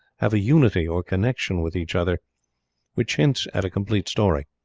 have a unity or connection with each other which hints at a complete story.